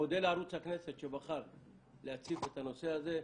מודה לערוץ הכנסת שבחר להציף את הנושא הזה.